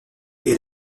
est